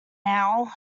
now